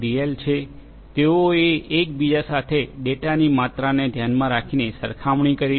L છે તેઓએ એક બીજા સાથે ડેટાની માત્રાને ધ્યાનમાં રાખીને સરખામણી કરી છે